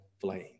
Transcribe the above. flame